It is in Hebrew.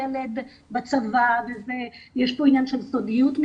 כל ילד וילד לא רק מבחינת השפה אלא מבחינת הפרופיל של המשפחה,